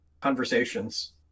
conversations